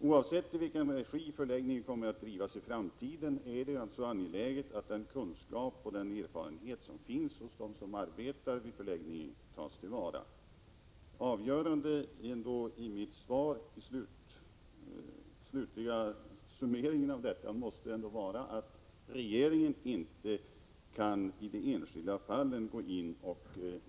Oavsett i vilken regi förläggningen kommer att drivas i framtiden är det alltså angeläget att den kunskap och den erfarenhet som finns hos dem som arbetar vid förläggningen tas till vara. Avgörande i den slutliga summeringen av mitt svar måste ändå vara att regeringen i de enskilda fallen inte kan gå in och